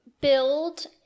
build